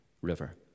River